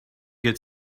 get